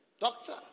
Doctor